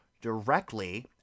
directly